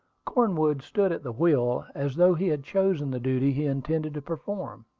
cornwood stood at the wheel as though he had chosen the duty he intended to perform.